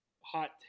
hot